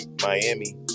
Miami